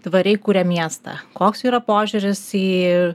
tvariai kuria miestą koks jų yra požiūris į